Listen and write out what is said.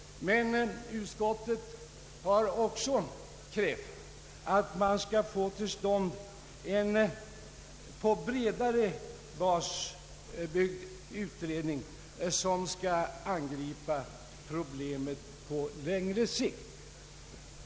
Men utskottet har också krävt att man skall få till stånd en på bredare bas byggd utredning, som skall angripa problemet på längre sikt.